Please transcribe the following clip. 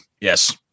Yes